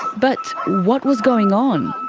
but what was going on?